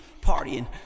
partying